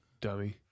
Dummy